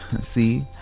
see